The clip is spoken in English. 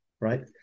right